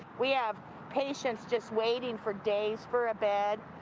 we have patients just waiting for days for a bed.